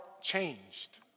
changed